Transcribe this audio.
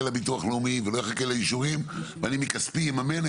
לביטוח הלאומי ולא יחכו לאישורים והם מכספם יממנו,